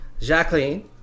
Jacqueline